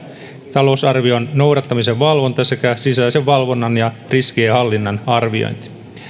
talousarvion noudattamisen valvonta sekä sisäisen valvonnan ja riskienhallinnan arviointi